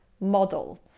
model